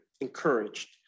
encouraged